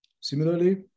Similarly